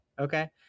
okay